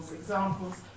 examples